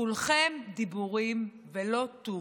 כולכם דיבורים ותו